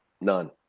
None